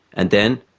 and then,